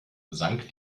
sank